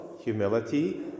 humility